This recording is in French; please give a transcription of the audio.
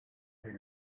est